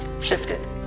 shifted